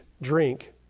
drink